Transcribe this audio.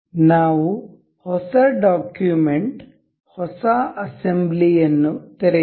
ನಾವು ಹೊಸ ಡಾಕ್ಯುಮೆಂಟ್ ಹೊಸ ಅಸೆಂಬ್ಲಿ ಯನ್ನು ತೆರೆಯೋಣ